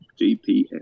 gps